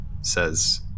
says